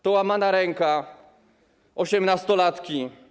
To łamana ręka osiemnastolatki.